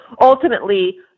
ultimately